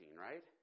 right